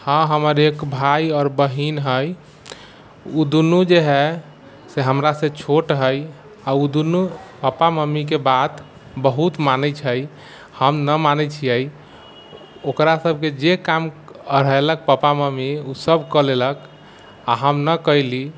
हँ हमर एक भाय आओर बहिन हइ ओ दूनू जे हइ से हमरा से छोट हइ आ ओ दूनू पप्पा मम्मीके बात बहुत मानैत छै हम नहि मानैत छियै ओकरा सबके जे काम अढ़ेलक पप्पा मम्मी ओ सब कऽ लेलक आ हम नहि कयली